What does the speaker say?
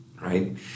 right